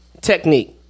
technique